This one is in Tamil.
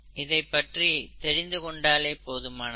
இதைப் பற்றி தெரிந்து கொண்டாலே போதுமானது